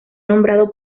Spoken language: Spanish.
nombrado